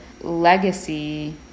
legacy